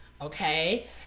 okay